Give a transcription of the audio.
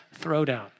throwdown